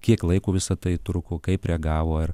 kiek laiko visa tai truko kaip reagavo ir